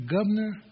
Governor